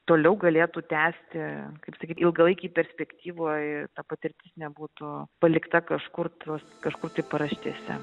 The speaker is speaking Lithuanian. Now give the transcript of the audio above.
toliau galėtų tęsti kaip sakyt ilgalaikėj perspektyvoj patirtis nebūtų palikta kažkur to kažkur paraštėse